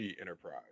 Enterprise